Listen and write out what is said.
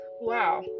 Wow